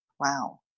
Wow